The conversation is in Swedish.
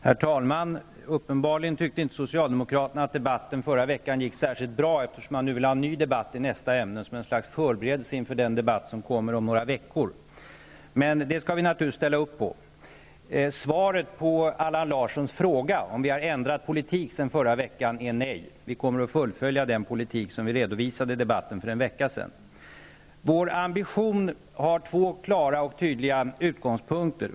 Herr talman! Uppenbarligen tyckte inte socialdemokraterna att debatten förra veckan gick särskilt bra, eftersom de nu vill ha en ny debatt i nästa ämne som en slags förberedelse inför den debatt som kommer om några veckor. Det skall vi i regeringen naturligtvis ställa upp på. Svaret på Allan Larssons fråga om vi har ändrat politik sedan förra veckan är nej. Vi kommer att fullfölja den politik som vi redovisade i debatten för en vecka sedan. Vår ambition har två klara och tydliga utgångspunkter.